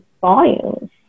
volumes